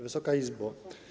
Wysoka Izbo!